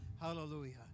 Hallelujah